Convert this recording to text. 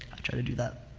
i try to do that.